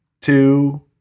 two